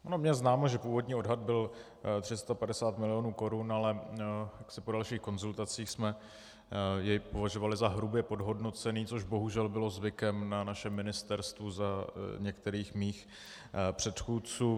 Mně je známo, že původní odhad byl 350 milionů korun, ale po dalších konzultacích jsme jej považovali za hrubě podhodnocený, což bohužel bylo zvykem na našem ministerstvu za některých mých předchůdců.